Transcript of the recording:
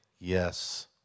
Yes